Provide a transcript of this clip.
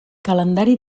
calendari